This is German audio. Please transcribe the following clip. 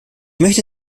möchte